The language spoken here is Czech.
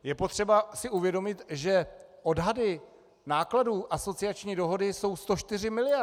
Je potřeba si uvědomit, že odhady nákladů asociační dohody jsou 104 miliard.